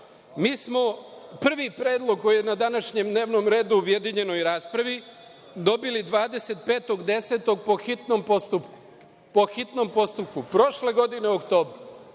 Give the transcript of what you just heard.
to. Mi smo prvi predlog koji je na današnjem dnevnom redu u objedinjenoj raspravi, dobili 25.10. po hitnom postupku prošle godine u oktobru